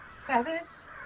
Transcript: feathers